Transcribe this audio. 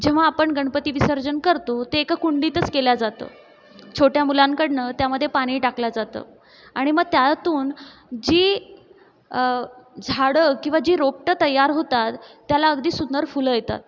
जेव्हा आपण गणपती विसर्जन करतो ते एका कुंडीतच केलं जातं छोट्या मुलांकडनं त्यामध्ये पाणी टाकलं जातं आणि मग त्यातून जी झाडं किंवा जी रोपटं तयार होतात त्याला अगदी सुंदर फ़ुलं येतात